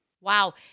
Wow